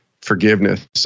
forgiveness